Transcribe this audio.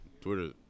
Twitter